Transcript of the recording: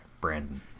Brandon